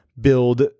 build